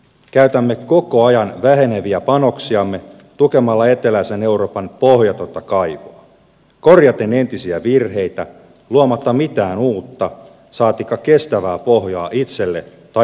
käytämme koko ajan väheneviä panoksiamme tukemalla eteläisen euroopan pohjatonta kaivoa korjaten entisiä virheitä luomatta mitään uutta saatikka kestävää pohjaa itselle tai autettaville